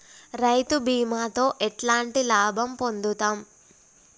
రైతు బీమాతో ఎట్లాంటి లాభం పొందుతం?